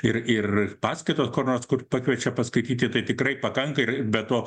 ir ir paskaitos kur nors kur pakviečia paskaityti tai tikrai pakanka ir be to